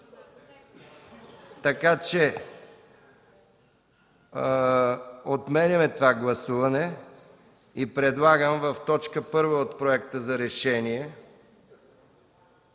Така че отменяме това гласуване. Предлагам в т. 1 от проекта за решение